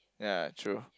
ya true